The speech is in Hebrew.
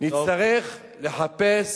נצטרך לחפש